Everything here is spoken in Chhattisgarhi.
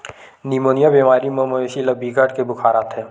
निमोनिया बेमारी म मवेशी ल बिकट के बुखार आथे